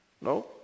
No